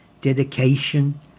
dedication